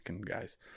guys